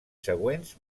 següents